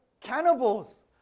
cannibals